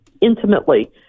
intimately